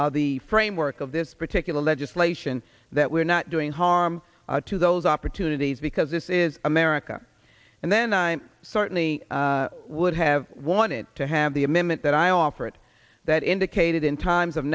the framework of this particular legislation that we're not doing harm to those opportunities because this is america and then i certainly would have wanted to have the amendment that i offered that indicated in times of